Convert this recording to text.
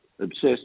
Obsessed